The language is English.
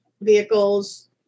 vehicles